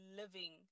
living